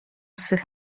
swych